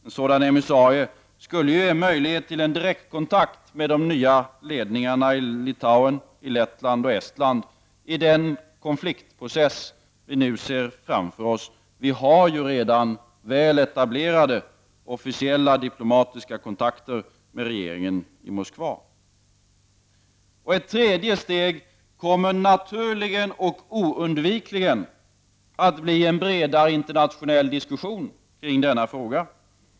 En sådan emissarie skulle ge möjlighet till en direktkontakt med de nya ledningarna i Litauen, Lettland och Estland i den konfliktprocess som vi nu ser framför oss. Vi har redan väl etablerade officiella diplomatiska kontakter med regeringen i Moskva. Ett tredje steg kommer naturligen och oundvikligen att bli en bredare internationell diskussion kring denna fråga.